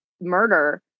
murder